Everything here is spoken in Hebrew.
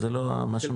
זה לא מה שמגיע מכנרת.